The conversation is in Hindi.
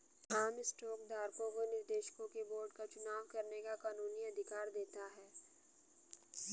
आम स्टॉक धारकों को निर्देशकों के बोर्ड का चुनाव करने का कानूनी अधिकार देता है